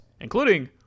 including